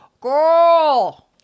Girl